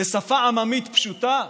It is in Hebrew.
בשפה עממית פשוטה